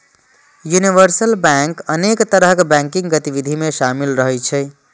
universal bank अनेक तरहक banking गतिविधि मे शामिल रहै छै